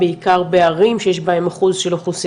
בעיקר בערים שיש בהם אחוז של אוכלוסייה